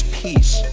peace